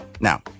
Now